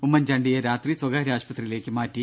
ഉമ്മൻചാണ്ടിയെ രാത്രി സ്വകാര്യ ആശുപത്രിയിലേക്ക് മാറ്റി